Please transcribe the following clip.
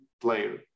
player